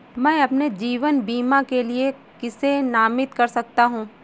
मैं अपने जीवन बीमा के लिए किसे नामित कर सकता हूं?